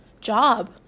job